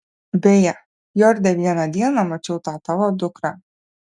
beje fjorde vieną dieną mačiau tą tavo dukrą